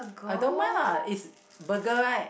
I don't mind lah it's burger right